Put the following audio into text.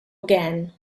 again